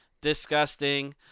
disgusting